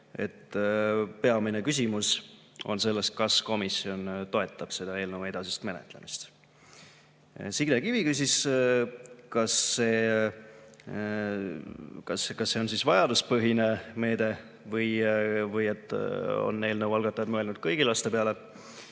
Peamine küsimus on selles, kas komisjon toetab selle eelnõu edasist menetlemist. Signe Kivi küsis, kas see on vajaduspõhine meede või on eelnõu algatajad mõelnud kõigi laste peale.